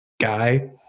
guy